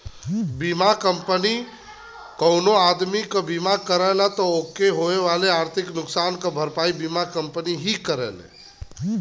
बीमा कंपनी कउनो आदमी क बीमा करला त ओके होए वाले आर्थिक नुकसान क भरपाई बीमा कंपनी ही करेला